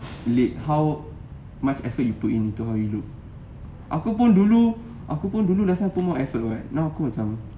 late how much effort you put into how you look aku pun dulu aku pun dulu rasa aku more effort what now aku macam